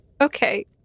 Okay